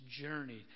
journey